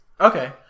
Okay